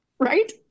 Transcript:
Right